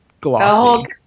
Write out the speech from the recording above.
glossy